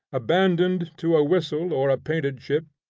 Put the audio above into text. abandoned to a whistle or a painted chip,